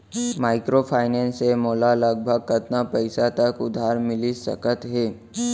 Microfinance से मोला लगभग कतना पइसा तक उधार मिलिस सकत हे?